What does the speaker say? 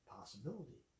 Possibility